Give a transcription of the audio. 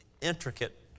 intricate